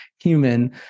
human